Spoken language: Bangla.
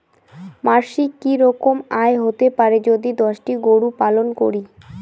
মাসিক কি রকম আয় হতে পারে যদি দশটি গরু পালন করি?